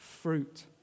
fruit